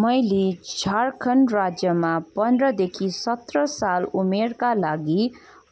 मैले झारखण्ड राज्यमा पन्ध्रदेखि सत्र साल उमेरका लागि